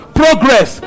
progress